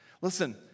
Listen